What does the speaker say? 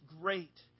great